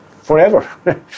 forever